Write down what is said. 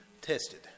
tested